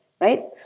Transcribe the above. right